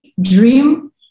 dream